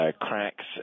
cracks